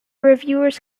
reviewers